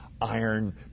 iron